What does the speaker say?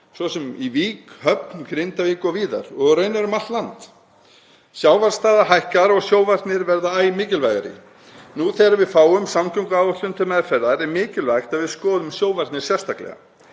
svo sem í Vík, Höfn, Grindavík og víðar, og raunar um allt land. Sjávarstaða hækkar og sjóvarnir verða æ mikilvægari. Nú þegar við fáum samgönguáætlun til meðferðar er mikilvægt að við skoðum sjóvarnir sérstaklega.